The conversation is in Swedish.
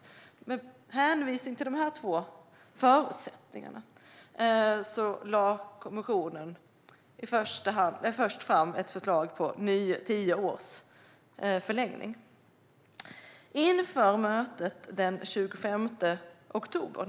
Med hänsyn till dessa två förutsättningar lade kommissionen först fram ett förslag om tio års förlängning.